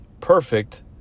perfect